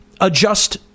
adjust